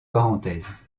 parenthèses